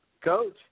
coach